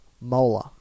molar